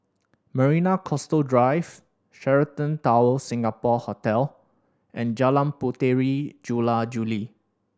Marina Coastal Drive Sheraton Towers Singapore Hotel and Jalan Puteri Jula Juli